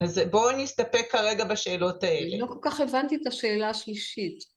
אז בואו נסתפק כרגע בשאלות האלה. אני לא כל כך הבנתי את השאלה השלישית.